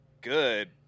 good